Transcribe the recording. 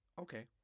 Okay